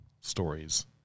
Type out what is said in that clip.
stories